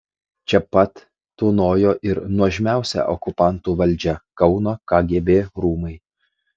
čia pat tūnojo ir nuožmiausia okupantų valdžia kauno kgb rūmai